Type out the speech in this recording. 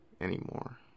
anymore